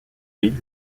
ville